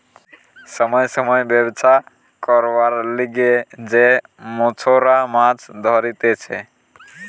সময় সময় ব্যবছা করবার লিগে যে মেছোরা মাছ ধরতিছে